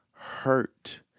Hurt